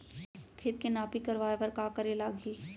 खेत के नापी करवाये बर का करे लागही?